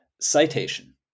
citation